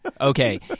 Okay